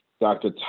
Dr